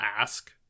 ask